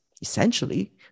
Essentially